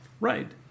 Right